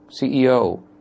CEO